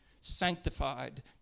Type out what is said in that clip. sanctified